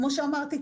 כפי שאמרתי,